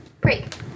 Break